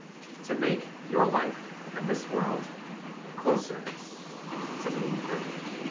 to make your life and this world closer to being perfect.